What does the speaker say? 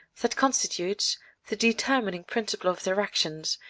that constitutes the determining principle of their actions,